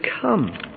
come